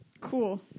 Cool